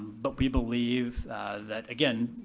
but we believe that, again,